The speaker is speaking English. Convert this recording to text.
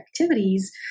activities